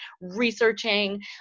researching